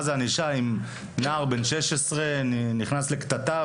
מה זו ענישה אם נער בן 16 נכנס לקטטה,